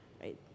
right